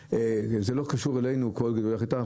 שזה לא קשור אלינו כל עוד גידולי החיטה,